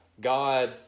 God